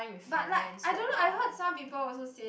but like I don't know I heard some people also say